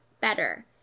better